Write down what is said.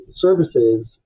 services